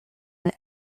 and